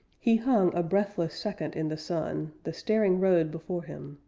he hung a breathless second in the sun, the staring road before him.